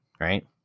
right